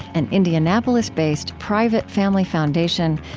an indianapolis-based, private family foundation,